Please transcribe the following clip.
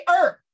earth